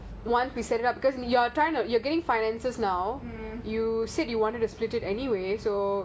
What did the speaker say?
ya ya